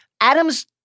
Adams